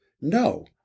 No